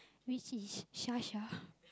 which is Shasha